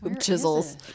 Chisels